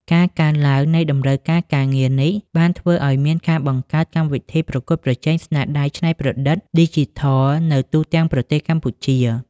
ការកើនឡើងនៃតម្រូវការការងារនេះបានធ្វើឱ្យមានការបង្កើតកម្មវិធីប្រកួតប្រជែងស្នាដៃច្នៃប្រឌិតឌីជីថលនៅទូទាំងប្រទេសកម្ពុជា។